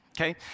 okay